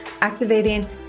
activating